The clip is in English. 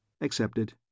Accepted